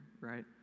right